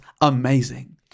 amazing